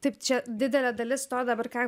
taip čia didelė dalis to dabar ką